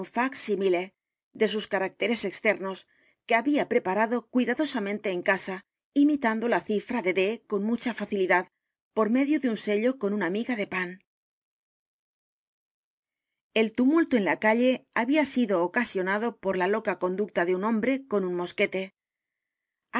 simile de sus caracteres externos que había preparado cuidadosamente en casa imitando la cifra d e d con mucha facilidad por medio de un sello hecho con miga de pan el tumulto en la calle había sido ocasionado p o r la loca conducta de un hombre con un mosquete